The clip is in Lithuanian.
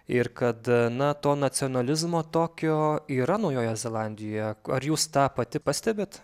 ir kad na to nacionalizmo tokio yra naujoje zelandijoje ar jūs tą pati pastebit